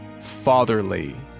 fatherly